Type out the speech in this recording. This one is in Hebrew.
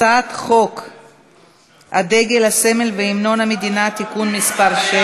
הצעת חוק הדגל, הסמל והמנון המדינה (תיקון מס' 6)